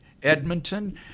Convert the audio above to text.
Edmonton